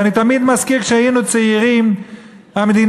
ואני תמיד מזכיר: כשהיינו צעירים המדינה